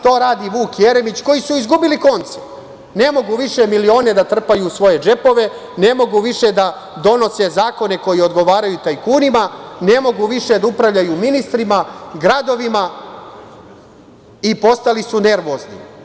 To radi Vuk Jeremić koji su izgubili konce, ne mogu više milione da trpaju u svoje džepove, ne mogu više da donose zakone koji odgovaraju tajkunima, ne mogu više da upravljaju ministrima, gradovima i postali su nervozni.